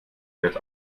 wird